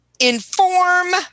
Inform